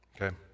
okay